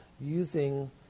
using